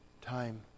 time